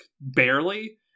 barely